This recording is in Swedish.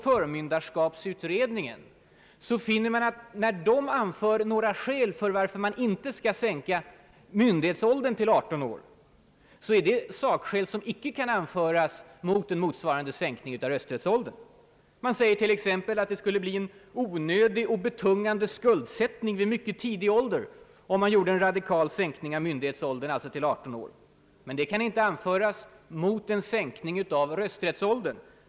Förmynderskapsutredningens skäl för att inte sänka myndighetsåldern till 18 år kan inte anföras mot en motsvarande sänkning av rösträttsåldern. Det sägs t.ex. att det skulle bli en onödig och betungande skuldsättning vid mycket tidig ålder om man gjorde en radikal sänkning av myndighetsåldern, alltså till 18 år. Men detta kan inte an Om sänkning av rösträttsåldern föras mot en sänkning av rösträttsåldern.